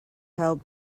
held